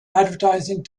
advertising